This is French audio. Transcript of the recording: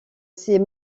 ses